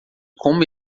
como